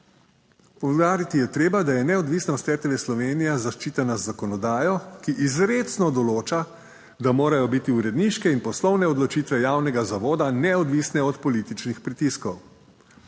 Poudariti je treba, da je neodvisnost RTV Slovenija zaščitena z zakonodajo, ki izrecno določa, da morajo biti uredniške in poslovne odločitve javnega zavoda neodvisne od političnih pritiskov.